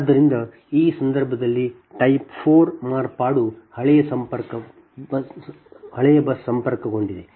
ಆದ್ದರಿಂದ ಈ ಸಂದರ್ಭದಲ್ಲಿ ಟೈಪ್ 4 ಮಾರ್ಪಾಡು ಹಳೆಯ ಬಸ್ ಸಂಪರ್ಕಗೊಂಡಿದೆ